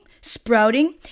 sprouting